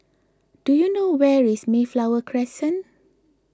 do you know where is Mayflower Crescent